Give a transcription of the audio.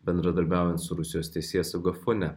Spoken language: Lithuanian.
bendradarbiaujant su rusijos teisėsauga fone